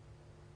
החוצה?